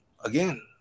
again